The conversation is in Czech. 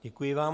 Děkuji vám.